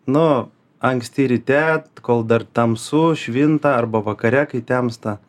nu anksti ryte kol dar tamsu švinta arba vakare kai temsta